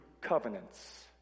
covenants